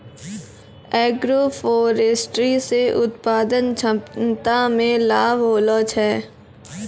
agroforestry से उत्पादन क्षमता मे लाभ होलो छै